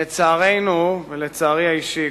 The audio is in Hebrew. לצערנו ולצערי האישי,